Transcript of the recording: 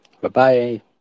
Bye-bye